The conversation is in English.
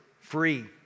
free